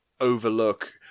overlook